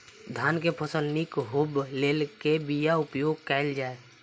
धान केँ फसल निक होब लेल केँ बीया उपयोग कैल जाय?